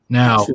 now